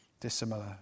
dissimilar